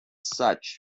such